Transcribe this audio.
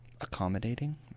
accommodating